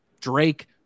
Drake